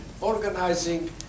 organizing